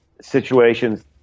situations